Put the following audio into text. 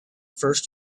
first